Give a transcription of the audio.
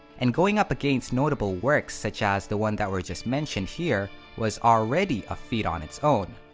and going up against notable works such as the ones that were just mentioned here, was already a feat on its own.